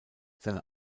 seine